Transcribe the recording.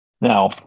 Now